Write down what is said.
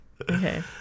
Okay